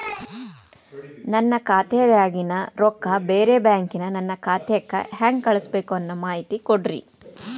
ನನ್ನ ಖಾತಾದಾಗಿನ ರೊಕ್ಕ ಬ್ಯಾರೆ ಬ್ಯಾಂಕಿನ ನನ್ನ ಖಾತೆಕ್ಕ ಹೆಂಗ್ ಕಳಸಬೇಕು ಅನ್ನೋ ಮಾಹಿತಿ ಕೊಡ್ರಿ?